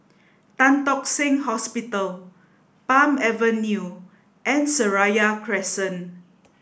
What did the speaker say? Tan Tock Seng Hospital Palm Avenue and Seraya Crescent